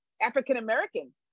African-American